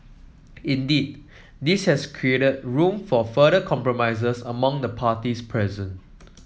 indeed this has created room for further compromises among the parties present